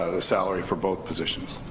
ah the salary for both positions?